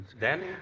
Danny